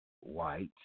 white